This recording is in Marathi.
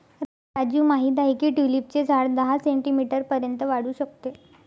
राजू माहित आहे की ट्यूलिपचे झाड दहा सेंटीमीटर पर्यंत वाढू शकते